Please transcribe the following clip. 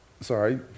Sorry